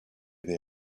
they